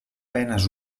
penes